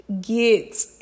get